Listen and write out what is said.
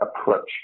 approach